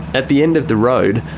at the end of the road,